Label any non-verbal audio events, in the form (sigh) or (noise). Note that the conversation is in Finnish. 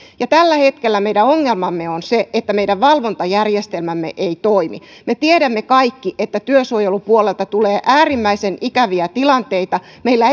tällä hetkellä meidän ongelmamme on se että meidän valvontajärjestelmämme ei toimi me tiedämme kaikki että työsuojelupuolelta tulee äärimmäisen ikäviä tilanteita meillä (unintelligible)